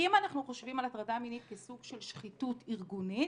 אם אנחנו חושבים על הטרדה מינית כסוג של שחיתות ארגונית